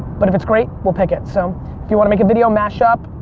but if it's great, we'll pick it. so if you want to make a video, mash-up,